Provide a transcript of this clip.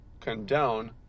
condone